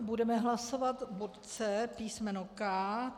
Budeme hlasovat bod C písmeno K.